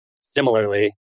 Similarly